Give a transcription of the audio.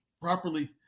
properly